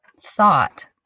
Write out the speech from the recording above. thought